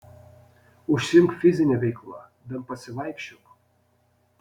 užsiimk fizine veikla bent pasivaikščiok